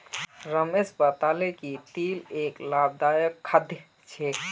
रमेश बताले कि तिल एक लाभदायक खाद्य छिके